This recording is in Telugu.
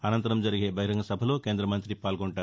అనంతరం జరిగే బహిరంగ సభలో కేంద్రమంతి పాల్గొంటారు